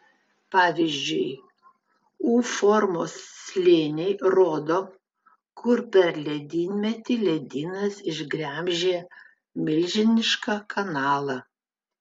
pavyzdžiui u formos slėniai rodo kur per ledynmetį ledynas išgremžė milžinišką kanalą